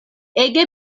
ege